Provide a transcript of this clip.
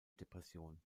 depression